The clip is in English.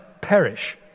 perish